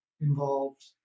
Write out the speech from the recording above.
involved